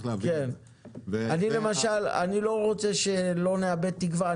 אני לא רוצה שנאבד תקווה.